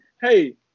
hey